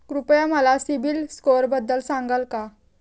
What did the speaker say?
कृपया मला सीबील स्कोअरबद्दल सांगाल का?